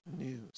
news